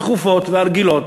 הדחופות והרגילות,